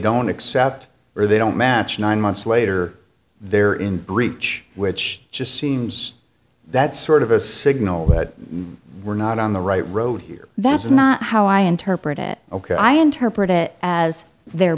don't accept or they don't match nine months later they're in breach which just seems that sort of a signal that we're not on the right road here that's not how i interpret it ok i interpret it as their